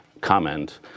comment